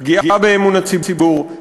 פגיעה באמון הציבור,